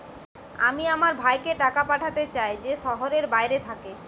আমি আমার ভাইকে টাকা পাঠাতে চাই যে শহরের বাইরে থাকে